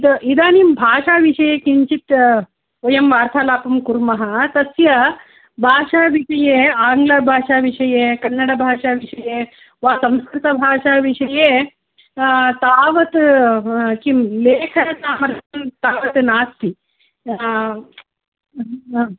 इदानीं भाषाविषये किञ्चित् वयं वार्तालापं कुर्मः तस्य भाषाविषये आङ्लभाषाविषये कन्नडभाषाविषये वा संस्कृतभाषाविषये तावत् किं लेखनसामर्थ्यं तावत् नास्ति आम्